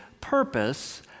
purpose